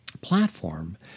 platform